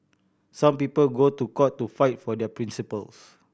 some people go to court to fight for their principles